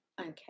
Okay